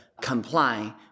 comply